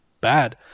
bad